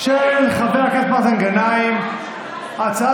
של חברת הכנסת ענבר בזק, התקבלה